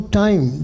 time